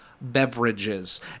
beverages